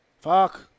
Fuck